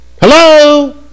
Hello